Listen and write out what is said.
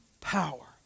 power